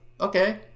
Okay